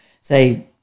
say